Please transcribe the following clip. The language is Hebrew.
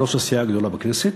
בראש הסיעה הגדולה בכנסת,